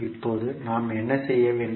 இப்போது நாம் என்ன செய்ய வேண்டும்